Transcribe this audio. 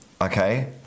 okay